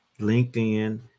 LinkedIn